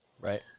Right